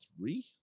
three